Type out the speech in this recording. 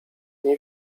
nie